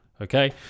Okay